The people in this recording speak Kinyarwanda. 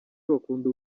bakunda